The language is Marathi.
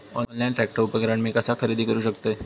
ऑनलाईन ट्रॅक्टर उपकरण मी कसा खरेदी करू शकतय?